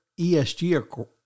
ESG